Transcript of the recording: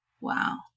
Wow